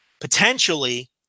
potentially